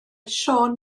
siôn